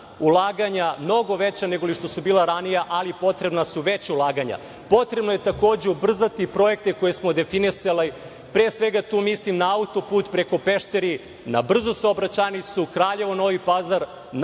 ulaganja, mnogo veća nego što su bila ranije, ali potrebna su veća ulaganja. Takođe je potrebno ubrzati projekte koje smo definisali. Pre svega tu mislim na autoput preko Pešteri, na brzu saobraćajnicu Kraljevo-Novi Pazar,